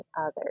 others